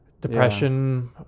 depression